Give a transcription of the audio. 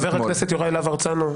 חבר הכנסת יוראי להב הרצנו.